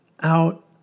out